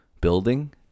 building